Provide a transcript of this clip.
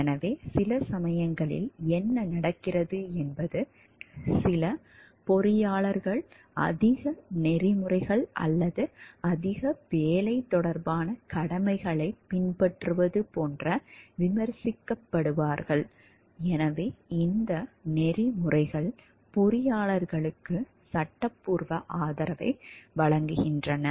எனவே சில சமயங்களில் என்ன நடக்கிறது என்பது சில பொறியியலாளர்கள் அதிக நெறிமுறைகள் அல்லது அதிக வேலை தொடர்பான கடமைகளைப் பின்பற்றுவது போன்ற விமர்சிக்கப்படுவார்கள் எனவே இந்த நெறிமுறைகள் பொறியாளர்களுக்கு சட்டப்பூர்வ ஆதரவை வழங்குகின்றன